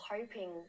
hoping